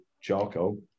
charcoal